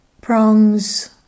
prongs